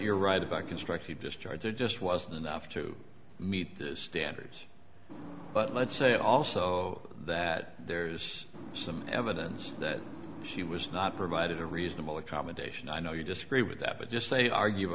you're right about constructive discharge there just wasn't enough to meet the standards but let's say also that there's some evidence that she was not provided a reasonable accommodation i know you disagree with that but just say argu